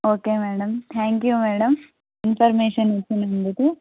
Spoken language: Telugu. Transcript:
okay madam thank you madam information ఇచ్చినందుకు